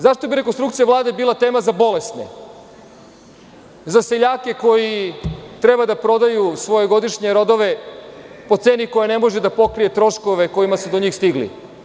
Zašto bi rekonstrukcija Vlade bila tema za bolesne, za seljake koji treba da prodaju svoje godišnje rodove po ceni koja ne može da pokrije troškove kojima su do njih stigli?